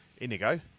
Inigo